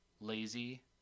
lazy